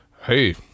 hey